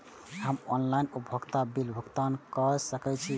हम ऑनलाइन उपभोगता बिल भुगतान कर सकैछी?